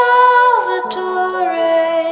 Salvatore